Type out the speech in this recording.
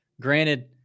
Granted